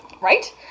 Right